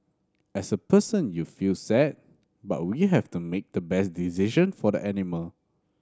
as a person you feel sad but we have to make the best decision for the animal